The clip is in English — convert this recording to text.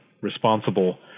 responsible